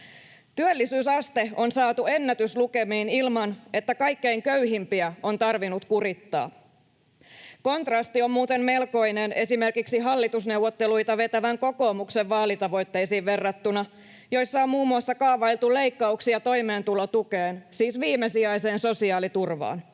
Työllisyysaste on saatu ennätyslukemiin ilman, että kaikkein köyhimpiä on tarvinnut kurittaa. Kontrasti on muuten melkoinen esimerkiksi hallitusneuvotteluita vetävän kokoomuksen vaalitavoitteisiin verrattuna, joissa on kaavailtu muun muassa leikkauksia toimeentulotukeen, siis viimesijaiseen sosiaaliturvaan.